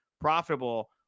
profitable